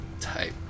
type